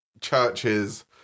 churches